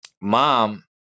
mom